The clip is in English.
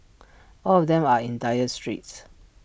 all of them are in dire straits